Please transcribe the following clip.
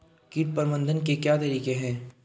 कीट प्रबंधन के तरीके क्या हैं?